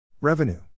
Revenue